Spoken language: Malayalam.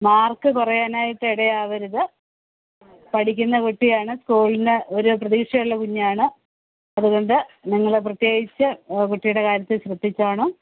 മാർക്ക് കുറയാനായിട്ട് ഇടയാവരുത് പഠിക്കുന്ന കുട്ടിയാണ് സ്കൂളിനു ഒരു പ്രതീക്ഷയുള്ള കുഞ്ഞാണ് അതുകൊണ്ട് നിങ്ങൾ പ്രത്യേകിച്ച് കുട്ടീടെ കാര്യത്തിൽ ശ്രദ്ധിച്ചോണം